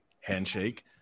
Handshake